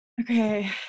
Okay